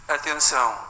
atenção